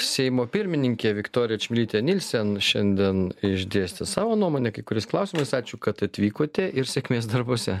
seimo pirmininkė viktorija čmilytė nielsen šiandien išdėstė savo nuomonę kai kuriais klausimais ačiū kad atvykote ir sėkmės darbuose